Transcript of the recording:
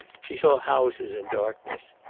she saw houses in darkness.